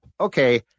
Okay